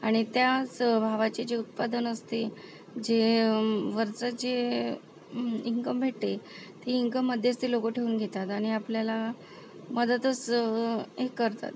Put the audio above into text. आणि त्याच भावाचे जे उत्पादन असते जे वरचं जे इन्कम भेटते ते इन्कम मध्यस्थी लोक ठेवून घेतात आणि आपल्याला मध्यातच हे करतात